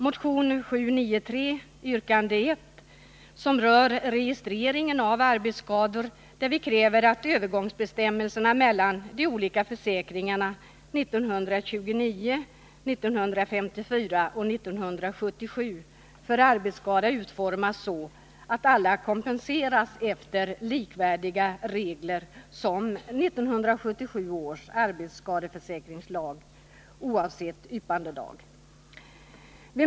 Motion 793 yrkande 1 som rör registreringen av arbetsskador, där vi kräver att övergångsbestämmelserna mellan de olika försäkringarna för arbetsskada utformas så att alla kompenseras efter likvärdiga regler som 1977 års arbetsskadeförsäkringslag, oavsett yppandedag.